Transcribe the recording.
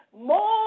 more